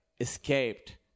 escaped